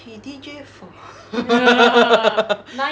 he D J for